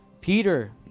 Peter